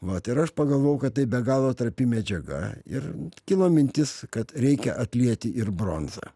vat ir aš pagalvojau kad tai be galo trapi medžiaga ir kilo mintis kad reikia atlieti ir bronza